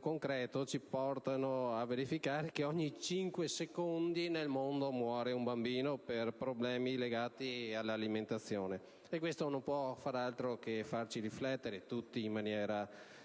concreto ci portano a riscontrare che ogni cinque secondi nel mondo muore un bambino per problemi legati all'alimentazione. E questo non può che far riflettere tutti in maniera